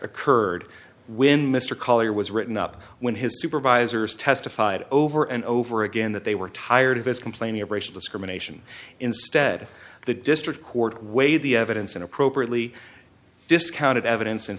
occurred when mr collier was written up when his supervisors testified over and over again that they were tired of his complaining of racial discrimination instead the district court weighed the evidence and appropriately discounted evidence in